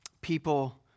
People